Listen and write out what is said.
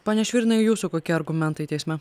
pone švirinai jūsų kokie argumentai teisme